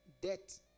debt